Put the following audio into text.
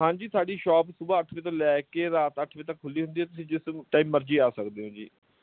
ਹਾਂਜੀ ਸਾਡੀ ਸ਼ੋਪ ਸੁਭਾ ਅੱਠ ਵਜੇ ਤੋਂ ਲੈ ਕੇ ਰਾਤ ਅੱਠ ਵਜੇ ਤੱਕ ਖੁੱਲ੍ਹੀ ਹੁੰਦੀ ਹੈ ਜਿਸ ਟਾਈਮ ਮਰਜ਼ੀ ਆ ਸਕਦੇ ਹੋ ਜੀ